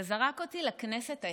זה זרק אותי לכנסת העשרים.